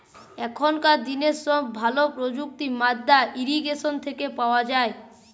এখনকার দিনের ভালো সব প্রযুক্তি মাদ্দা ইরিগেশন থেকে পাওয়া যায়